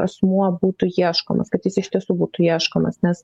asmuo būtų ieškomas kad jis iš tiesų būtų ieškomas nes